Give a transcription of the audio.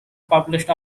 published